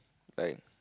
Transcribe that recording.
like